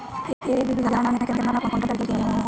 एक बीगहा में केतना कुंटल गेहूं होई?